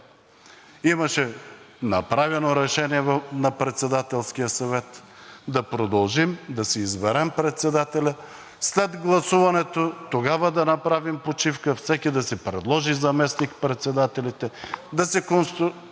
Имаше направено решение на Председателския съвет – да продължим, да си изберем председателя, след гласуването да направим почивка, всеки да си предложи заместник-председателите. Да конституираме